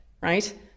right